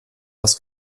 was